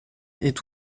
est